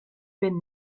been